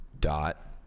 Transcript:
dot